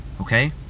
okay